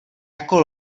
jako